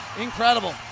Incredible